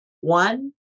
one